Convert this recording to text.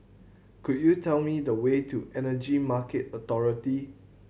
could you tell me the way to Energy Market Authority